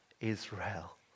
Israel